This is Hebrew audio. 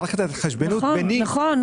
מערכת ההתחשבנות ביני --- נכון,